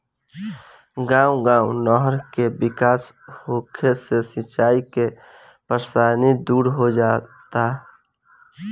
गांव गांव नहर के विकास होंगे से सिंचाई के परेशानी दूर हो जाता